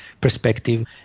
perspective